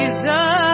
Jesus